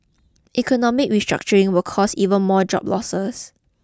economic restructuring will cause even more job losses